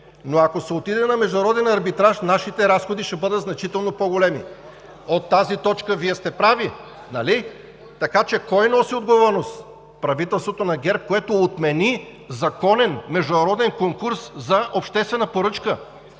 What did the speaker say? но ако се отиде на международен арбитраж, нашите разходи ще бъдат значително по-големи. По тази точка Вие сте прави. Така че кой носи отговорност? Правителството на ГЕРБ, което отмени законен международен конкурс за обществена поръчка